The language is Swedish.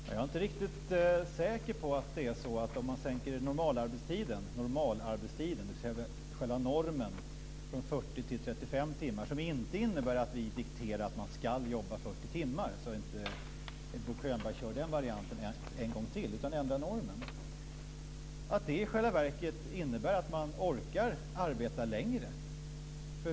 Herr talman! Om man sänker normalarbetstiden, dvs. ändrar själva normen, från 40 till 35 timmar, som inte innebär att vi dikterar att man ska jobba 40 timmar - så att inte Bo Könberg kör den varianten en gång till - innebär det i själva verket att man orkar arbeta längre.